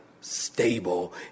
stable